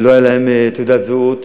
ולא הייתה להם תעודת זהות.